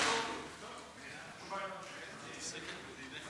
היא עוסקת בדיני חברות.